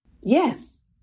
Yes